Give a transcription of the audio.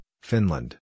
Finland